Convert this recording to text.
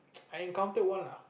I encountered one lah